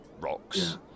rocks